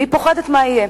והיא פוחדת מה יהיה.